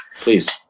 Please